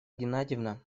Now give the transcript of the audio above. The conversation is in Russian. геннадьевна